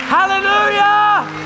Hallelujah